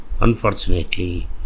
unfortunately